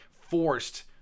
forced